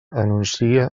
anuncia